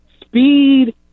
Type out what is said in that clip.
speed